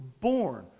born